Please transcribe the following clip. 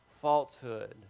falsehood